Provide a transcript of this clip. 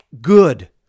good